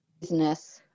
business